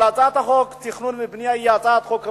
אבל הצעת חוק התכנון והבנייה הזאת היא הצעת חוק רעה.